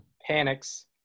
panics